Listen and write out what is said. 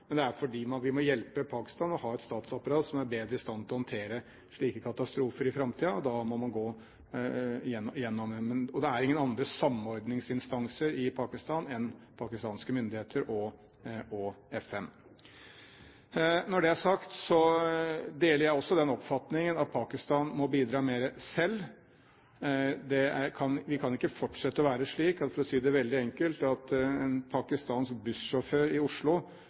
men det er fordi vi må hjelpe Pakistan til å ha et statsapparat som er bedre i stand til å håndtere slike katastrofer i framtiden, og da må vi gå gjennom dem. Og det er ingen andre samordningsinstanser i Pakistan enn pakistanske myndigheter og FN. Når det er sagt, deler jeg også den oppfatningen at Pakistan må bidra mer selv. Det kan ikke fortsette å være slik, for å si det veldig enkelt, at en pakistansk bussjåfør i Oslo